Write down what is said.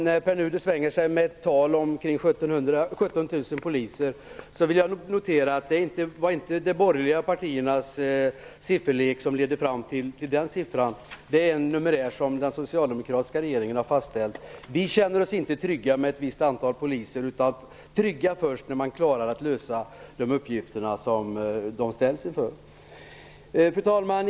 När Pär Nuder svänger sig med tal som 17 000 poliser vill jag notera att det inte var de borgerliga partiernas sifferlek som ledde fram till den siffran. Det är en numerär som den socialdemokratiska regeringen har fastställt. Vi känner oss inte trygga med ett visst antal poliser, utan trygga först när de klarar att lösa de uppgifter de ställs inför. Fru talman!